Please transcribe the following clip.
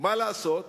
ומה לעשות,